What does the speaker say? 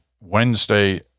Wednesday